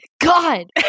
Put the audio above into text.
God